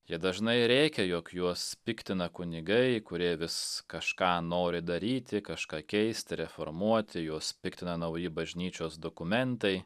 jie dažnai rėkia jog juos piktina kunigai kurie vis kažką nori daryti kažką keisti reformuoti juos piktina nauji bažnyčios dokumentai